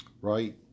Right